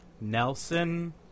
Nelson